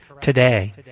today